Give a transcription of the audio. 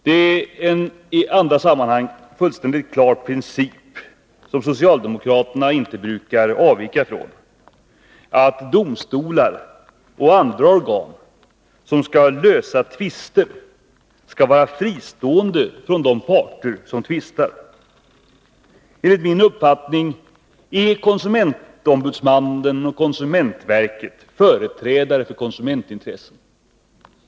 Det är i andra sammanhang en klar princip, som socialdemokraterna inte brukar avvika ifrån, att domstolar och andra organ som skall lösa tvister skall vara fristående från de parter som tvistar. Enligt min uppfattning är konsumentombudsmannen och konsumentverket företrädare för konsumentintresset.